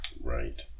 right